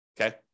okay